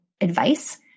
advice